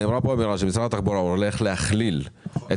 נאמר פה שמשרד התחבורה הולך להכליל את